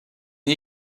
une